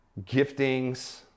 giftings